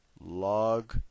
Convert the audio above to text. log